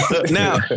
now